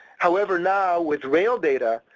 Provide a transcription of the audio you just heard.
however, now with rail data,